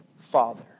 Father